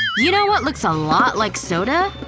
you know what looks a lot like soda?